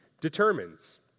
determines